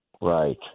Right